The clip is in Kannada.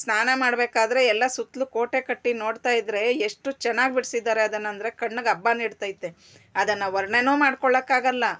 ಸ್ನಾನ ಮಾಡಬೇಕಾದ್ರೆ ಎಲ್ಲ ಸುತ್ತಲೂ ಕೋಟೆ ಕಟ್ಟಿ ನೋಡ್ತಾಯಿದ್ರೆ ಎಷ್ಟು ಚೆನ್ನಾಗ್ ಬಿಡಿಸಿದ್ದಾರೆ ಅದನ್ನು ಅಂದರೆ ಕಣ್ಗೆ ಹಬ್ಬ ನೀಡ್ತೈತೆ ಅದನ್ನು ವರ್ಣನೆ ಮಾಡಿಕೊಳ್ಳೊಕ್ಕಾಗಲ್ಲ